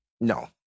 No